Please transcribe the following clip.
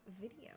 video